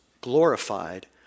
glorified